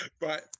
Right